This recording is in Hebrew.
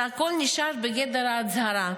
והכול נשאר בגדר הצהרה.